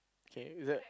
okay is it